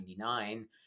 1999